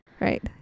right